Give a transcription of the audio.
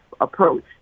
approach